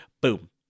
boom